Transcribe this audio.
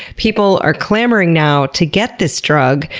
people are clamoring now to get this drug,